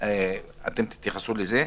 ואתם אתם תתייחסו לזה.